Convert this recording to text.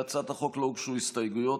להצעת החוק לא הוגשו הסתייגויות,